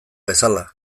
bezala